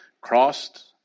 crossed